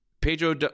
Pedro